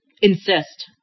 insist